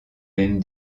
même